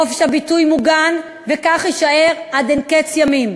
חופש הביטוי מוגן, וכך יישאר עד קץ הימים.